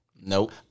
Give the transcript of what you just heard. Nope